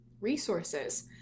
Resources